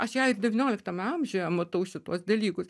aš ją ir devynioliktame amžiuje matau šituos dalykus